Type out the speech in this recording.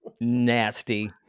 Nasty